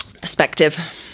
Perspective